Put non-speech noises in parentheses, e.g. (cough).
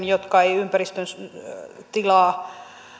(unintelligible) jotka eivät ympäristön tilaa